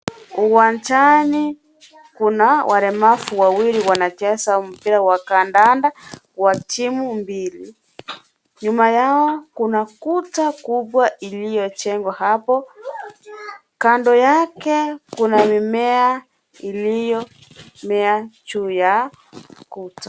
uwanjani kuna walemavu wawili wana cheza mpira wa kandanda wa timu mbili. Nyuma yao kuna kuta kubwa iliyojengwa hapo. Kando yake kuna mime iliyomea juu ya kuta.